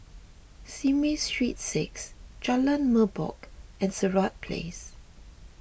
Simei Street six Jalan Merbok and Sirat Place